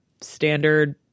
standard